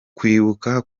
kwibuka